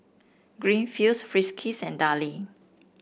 Greenfields Friskies and Darlie